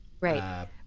Right